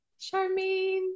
Charmaine